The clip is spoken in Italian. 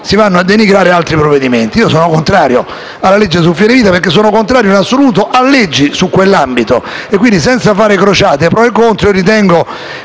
si vanno a denigrare altri provvedimenti. Sono contrario alla legge sul fine vita, perché sono contrario in assoluto a leggi in quell'ambito e, quindi, senza fare crociate pro o contro, ritengo